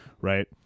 right